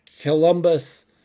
Columbus